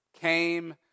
came